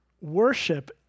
worship